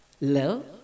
love